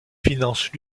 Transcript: finance